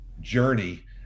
journey